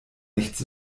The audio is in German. nichts